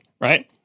Right